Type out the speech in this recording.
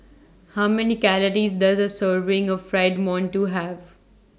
How Many Calories Does A Serving of Fried mantou Have